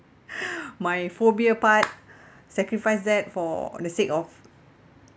my phobia part sacrifice that for the sake of